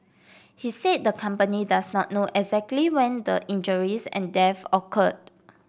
he said the company does not know exactly when the injuries and death occurred